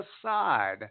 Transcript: aside